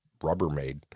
Rubbermaid